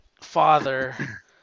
father